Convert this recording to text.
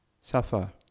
suffer